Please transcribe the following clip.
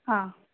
हां